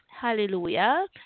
hallelujah